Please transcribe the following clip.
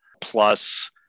plus